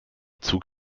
zug